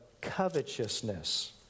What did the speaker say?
covetousness